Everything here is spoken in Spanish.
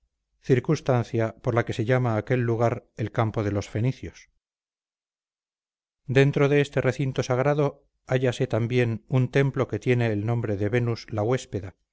circunstancia por que se llama aquel lugar el campo de los fenicios dentro de este recinto sagrado hállase también un templo que tiene el nombre de venus la huéspeda